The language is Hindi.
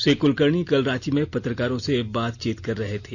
श्री कुलकर्णी कल रांची में पत्रकारेां से बातचीत कर रहे थे